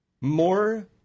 More